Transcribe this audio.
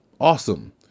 Awesome